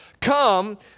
Come